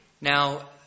Now